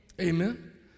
Amen